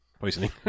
Poisoning